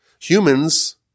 Humans